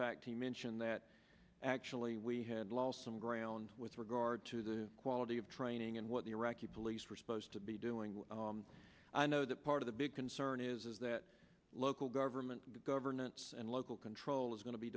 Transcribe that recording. fact he mentioned that actually we had lost some ground with regard to the quality of training and what the iraqi police were supposed to be doing i know that part of the big concern is that local government governance and local control is going to be